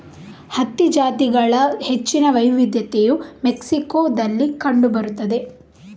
ಹತ್ತಿ ಜಾತಿಗಳ ಹೆಚ್ಚಿನ ವೈವಿಧ್ಯತೆಯು ಮೆಕ್ಸಿಕೋದಲ್ಲಿ ಕಂಡು ಬರುತ್ತದೆ